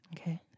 Okay